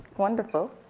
wonderful.